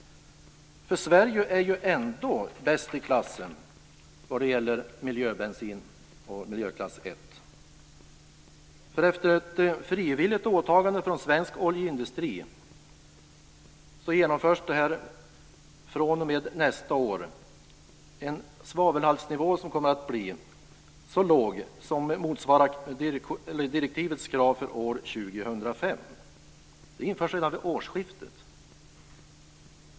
Sverige är ju ändå bäst i klassen vad gäller miljöbensin och miljöklass 1. Efter ett frivilligt åtagande från svensk oljeindustri genomförs fr.o.m. nästa år en svavelhaltsnivå som kommer att bli så låg att den motsvarar direktivets krav för år 2005. Det införs redan vid årsskiftet!